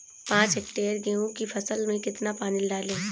पाँच हेक्टेयर गेहूँ की फसल में कितना पानी डालें?